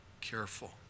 careful